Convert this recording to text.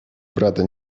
брата